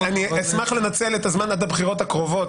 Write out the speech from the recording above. אני אשמח לנצל את הזמן עד הבחירות הקרובות,